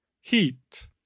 heat